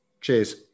Cheers